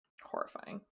Horrifying